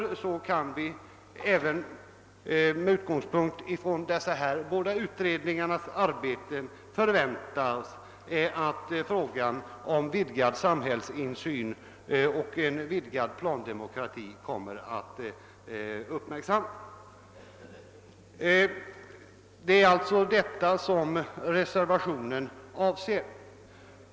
Även på grund av dessa utredningars arbete kan vi alltså förvänta oss att frågan om en vidgad samhällsinsyn och vidgad plandemokrati kommer att uppmärksammas. Det är alltså detta som reservationen avser.